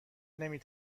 نمی